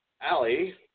Allie